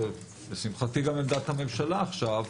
לשמחתי גם עמדת הממשלה עכשיו,